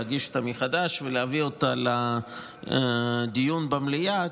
להגיש אותה מחדש ולהביא אותה לדיון במליאה,